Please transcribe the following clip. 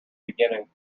beginning